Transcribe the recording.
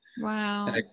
Wow